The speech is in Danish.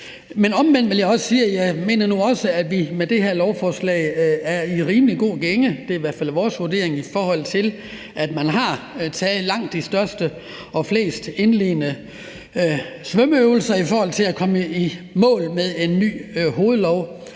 også sige, at jeg nu også mener, at vi med det her lovforslag er i rimelig god gænge. Det er i hvert fald vores vurdering, i forhold til at man har taget langt de største og fleste indledende svømmeøvelser for at komme i mål med en ny hovedlov,